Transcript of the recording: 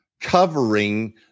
covering